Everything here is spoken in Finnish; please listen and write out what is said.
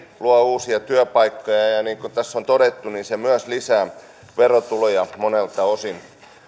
luo uusia työpaikkoja ja niin kuin tässä on todettu se myös lisää verotuloja monilta osin